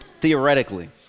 theoretically